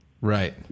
Right